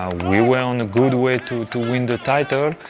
we were on a good way to to win the title,